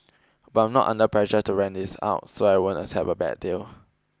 but I'm not under pressure to rent this out so I won't accept a bad deal